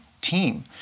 team